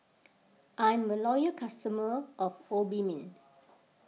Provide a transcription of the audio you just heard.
I'm a loyal customer of Obimin